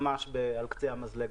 ממש על קצה המזלג,